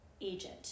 agent